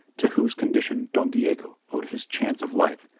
to whose condition don diego owed his chance of life.